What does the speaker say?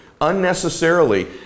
unnecessarily